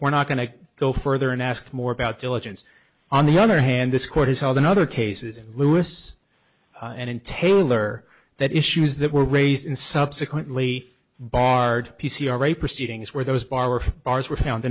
we're not going to go further and ask more about diligence on the other hand this court has held in other cases lewis and in taylor that issues that were raised and subsequently barred p c r a proceedings where those bar were bars were found